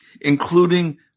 including